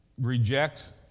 reject